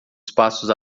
espaços